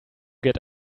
get